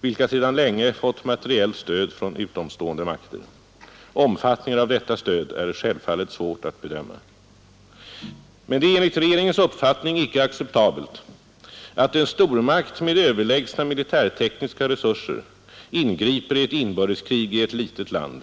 vilka sedan länge fått materiellt stöd från utomstående makter. Omfattningen av detta stöd är det självfallet svårt att bedöma. Men det är enligt regeringens uppfattning icke acceptabelt att en stormakt med överlägsna militärtekniska resurser ingriper i ett inbördeskrig i ett litet land.